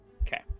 Okay